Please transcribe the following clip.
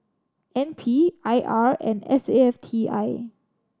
N P I R and S A F T I